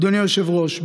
אדוני היושב-ראש,